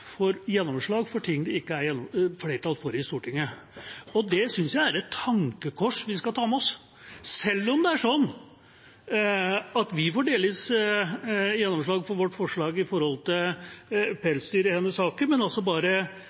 får gjennomslag for noe det ikke er flertall for i Stortinget. Det synes jeg er et tankekors vi skal ta med oss, selv om vi får delvis gjennomslag for vårt forslag om pelsdyr i denne saken, men bare